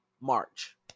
March